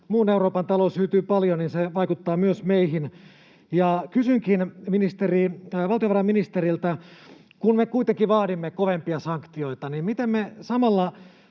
Jos muun Euroopan talous hyytyy paljon, se vaikuttaa myös meihin. Kysynkin valtiovarainministeriltä: Kun me kuitenkin vaadimme kovempia sanktioita, miten me samalla